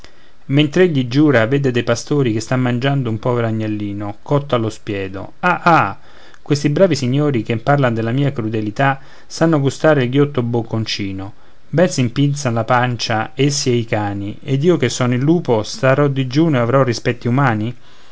mentre egli giura vede dei pastori che stan mangiando un povero agnellino cotto allo spiedo ah ah questi bravi signori che parlan della mia crudelità sanno gustare il ghiotto bocconcino ben s'impinzan la pancia essi ed i cani ed io che sono il lupo starò digiuno e avrò rispetti umani